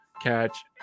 catch